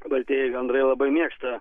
baltieji gandrai labai mėgsta